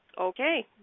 Okay